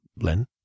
Len